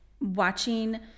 watching